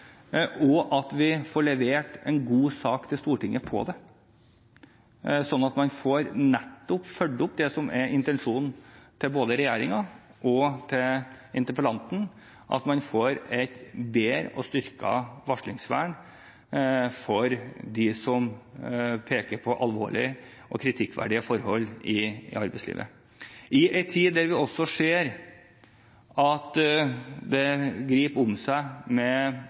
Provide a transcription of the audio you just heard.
og at vi får levert en god sak til Stortinget, sånn at man nettopp får fulgt opp det som er intensjonen til både regjeringen og interpellanten: at man får et bedre og styrket varslingsvern for dem som peker på alvorlige og kritikkverdige forhold i arbeidslivet. I en tid der vi også ser at det griper om seg med